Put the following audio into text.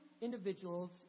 individuals